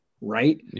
right